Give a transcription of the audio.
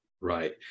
Right